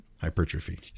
hypertrophy